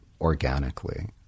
organically